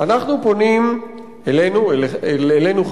"אנחנו פונים אליכם" אלינו,